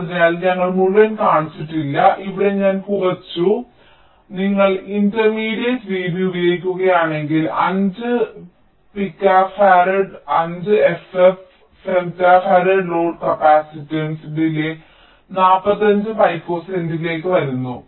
അതിനാൽ ഞങ്ങൾ മുഴുവൻ കാണിച്ചിട്ടില്ല ഇവിടെ ഞാൻ കുറിച്ചു അതിനാൽ നിങ്ങൾ ഇന്റർമീഡിയറ്റ് vB ഉപയോഗിക്കുകയാണെങ്കിൽ 5 picofarad 5 ff femtofarad load capacitance delay 45 പികോസെക്കൻഡിലേക്ക് വരുന്നു